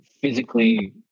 physically